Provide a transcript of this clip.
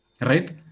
right